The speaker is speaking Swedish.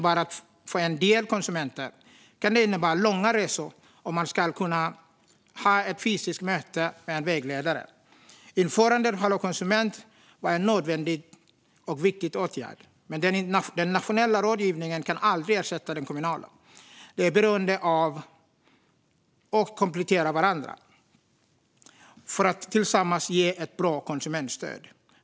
För en del konsumenter kan det innebära långa resor om de ska ha ett fysiskt möte med en vägledare. Införandet av Hallå konsument var en nödvändig och viktig åtgärd, men den nationella rådgivningen kan aldrig ersätta den kommunala. De är beroende av och kompletterar varandra för att tillsammans ge ett bra konsumentstöd.